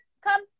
come